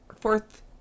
fourth